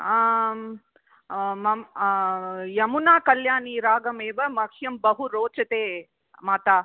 आम् मम यमुना कल्याणीरागमेव मह्यं बहु रोचते मातः